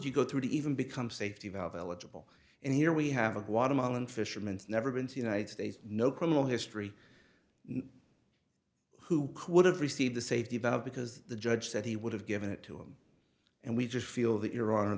you go through to even become safety valve eligible and here we have a guatemalan fishermen's never been to the united states no criminal history who could have received the safety valve because the judge said he would have given it to him and we just feel that your hon